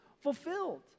fulfilled